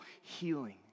healing